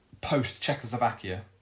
post-Czechoslovakia